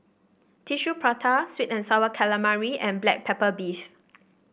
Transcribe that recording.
Tissue Prata sweet and sour calamari and Black Pepper Beef